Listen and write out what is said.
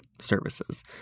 services